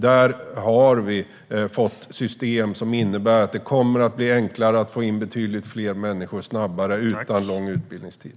Där har vi fått system som innebär att det kommer att bli enklare att få in betydligt fler människor snabbare, utan lång utbildningstid.